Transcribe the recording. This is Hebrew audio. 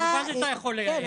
כמובן שאתה יכול לייעד את זה.